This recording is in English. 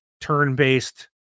turn-based